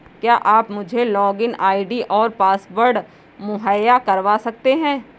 क्या आप मुझे लॉगिन आई.डी और पासवर्ड मुहैय्या करवा सकते हैं?